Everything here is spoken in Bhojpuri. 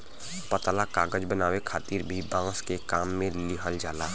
पतला कागज बनावे खातिर भी बांस के काम में लिहल जाला